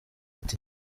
ati